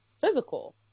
physical